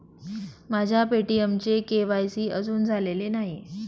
माझ्या पे.टी.एमचे के.वाय.सी अजून झालेले नाही